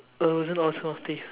I wasn't